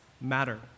matter